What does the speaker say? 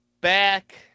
back